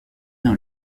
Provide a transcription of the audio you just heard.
dans